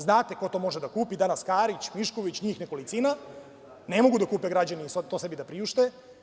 Znate ko to može da kupi danas, Karić, Mišković, njih nekolicina, ne mogu da kupe građani, sad to sebi da priušte.